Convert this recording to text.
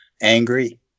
Angry